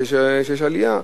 כשיש עלייה,